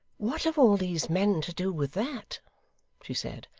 what have all these men to do with that she said.